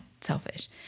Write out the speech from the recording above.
selfish